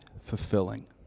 fulfilling